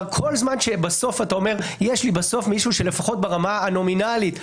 שבסוף אתה אומר: יש לי מישהו שברמה הנומינלית,